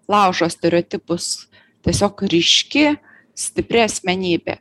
laužo stereotipus tiesiog ryški stipri asmenybė